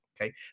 okay